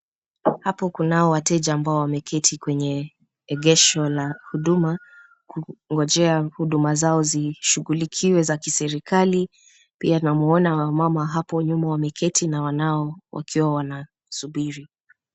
Hapo kunao wateja ambao wameketi kwenye egesho la huduma kungojea huduma zao zishughulikiwe za kiserikali. Pia namuona wamama hapo nyuma wameketi na wanao wakiwa wanasubiri.